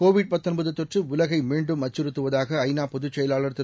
Covid தொற்றுஉலகைமீண்டும் அச்சுறுத்துவதாக ஐ நா பொதுச் செயலாளர் திரு